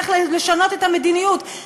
צריך לשנות את המדיניות,